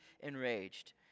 enraged